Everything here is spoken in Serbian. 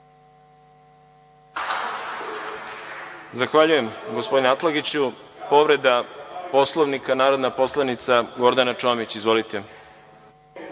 Zahvaljujem gospodine Atlagiću. Povreda Poslovnika, narodna poslanica Gordana Čomić. Izvolite.